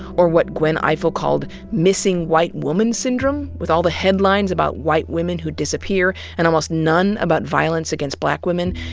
or what gwen ifill called missing white woman syndrome, with all the headlines about white women who disappear and almost none about violence against black women,